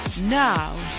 Now